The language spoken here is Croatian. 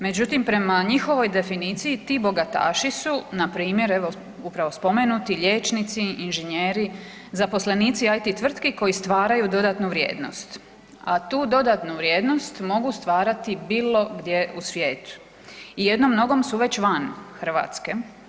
Međutim, prema njihovoj definiciji ti bogataši su npr. evo upravo spomenuti liječnici, inženjeri, zaposlenici IT tvrtki koji stvaraju dodatnu vrijednost, a tu dodatnu vrijednost mogu stvarati bilo gdje u svijetu i jednom su nogom već van Hrvatske.